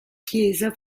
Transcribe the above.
chiesa